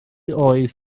oedd